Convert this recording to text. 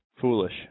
Foolish